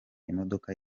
imodoka